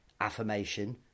affirmation